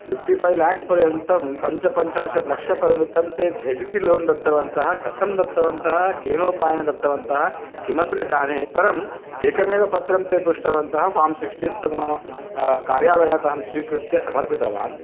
fifty five lakhs पर्यान्तं पञ्चपञ्चाशत्लक्षपरिमितं ते झटिति लोन् दत्तवन्तः कथं दत्तवन्तः केनोपायेन दत्तवन्तः किमपि न जाने परं एकमेव पत्रं ते पृष्टवन्तः फ़ार्म् सिक्स्टीन् तद् मम कार्यालयातहं स्वीकृत्य समर्पितवान्